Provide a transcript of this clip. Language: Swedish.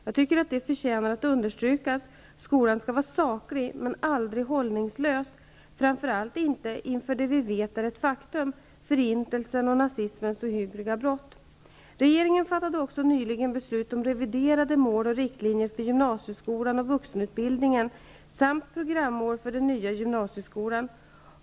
Jag tycker att detta förtjä nar att understrykas: Skolan skall vara saklig men aldrig hållningslös, framför allt inte inför det vi vet är ett faktum -- förintelsen och nazismens ohygg liga brott. Regeringen fattade också nyligen beslut om revide rade mål och riktlinjer för gymnasieskolan och vuxenutbildningen samt programmål för den nya gymnasieskolan.